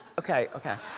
okay, okay.